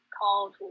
called